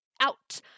out